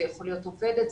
זאת יכולה להיות עובדת,